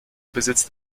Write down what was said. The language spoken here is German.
besitzt